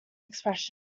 expression